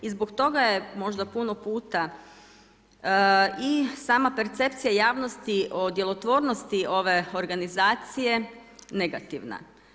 I zbog toga je možda puno puta i sama percepcija javnosti o djelotvornosti ove organizacije negativna.